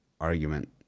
argument